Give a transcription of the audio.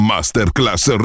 Masterclass